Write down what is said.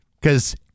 because-